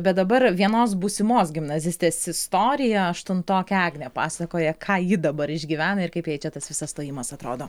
bet dabar vienos būsimos gimnazistės istorija aštuntokė agnė pasakoja ką ji dabar išgyvena ir kaip jai čia tas visas stojimas atrodo